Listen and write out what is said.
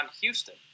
Houston